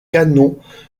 canons